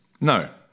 No